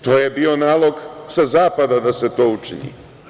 To je bio nalog sa zapada da se to učini.